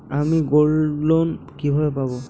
আমি গোল্ডলোন কিভাবে পাব?